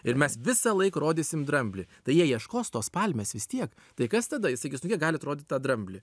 ir mes visąlaik rodysim dramblį tai jie ieškos tos palmės vis tiek tai kas tada jis sakys nu kiek galit rodyt tą dramblį